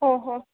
ओ हो